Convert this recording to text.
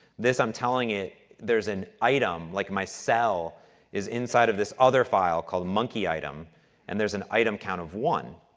this, i'm telling it, there's an item, like, my cell is inside of this other file called monkey item and there's an item count of one.